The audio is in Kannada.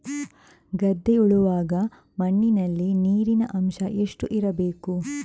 ಗದ್ದೆ ಉಳುವಾಗ ಮಣ್ಣಿನಲ್ಲಿ ನೀರಿನ ಅಂಶ ಎಷ್ಟು ಇರಬೇಕು?